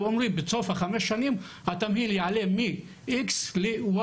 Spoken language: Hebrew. אומרים שבסוף חמש שנים התמהיל יעלה מ-א' ל-ב'.